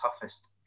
toughest